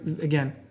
again